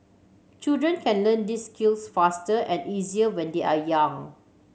children can learn these skills faster and easier when they are young